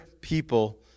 people